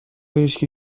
هیشکی